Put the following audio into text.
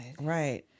Right